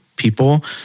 People